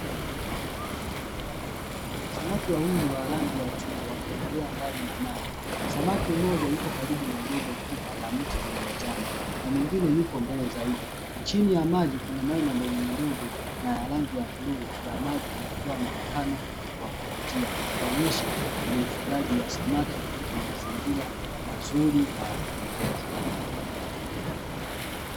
Samaki wawili wa rangi ya chungwa wakiogelea ndani ya maji, samaki mmoja yupo karibu na gogo kubwa la mti lililozama na mwingine yupo mbele zaidi, chini ya maji kuna mawe madogomadogo na rangi ya bluu ya maji inatoa muonekano wa kuvutia ikionyesha ni ufugaji wa samaki katika mazingira mazuri na ya kupendeza.